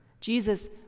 Jesus